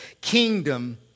kingdom